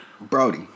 Brody